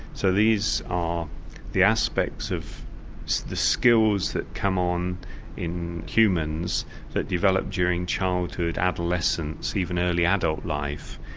so these are the aspects of the skills that come on in humans that develop during childhood, adolescence, even early adult life,